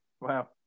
Wow